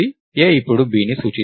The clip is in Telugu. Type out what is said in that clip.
a ఇప్పుడు b ని సూచిస్తుంది